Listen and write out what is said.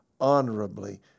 honorably